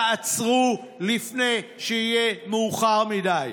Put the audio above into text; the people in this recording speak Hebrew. תעצרו לפני שיהיה מאוחר מדי.